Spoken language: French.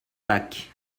pâques